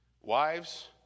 Wives